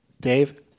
Dave